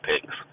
pigs